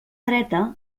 dreta